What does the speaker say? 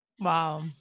Wow